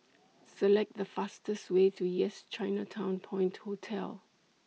Select The fastest Way to Yes Chinatown Point Hotel